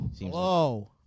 Whoa